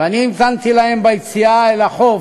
ואני המתנתי להם ביציאה על החוף,